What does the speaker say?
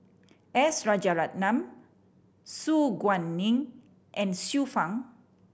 S Rajaratnam Su Guaning and Xiu Fang